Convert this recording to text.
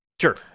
Sure